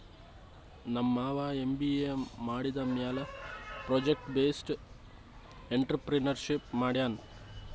ನಮ್ ಮಾಮಾ ಎಮ್.ಬಿ.ಎ ಮಾಡಿದಮ್ಯಾಲ ಪ್ರೊಜೆಕ್ಟ್ ಬೇಸ್ಡ್ ಎಂಟ್ರರ್ಪ್ರಿನರ್ಶಿಪ್ ಮಾಡ್ಯಾನ್